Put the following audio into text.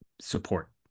support